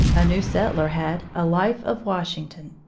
a new settler had a life of washington.